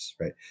right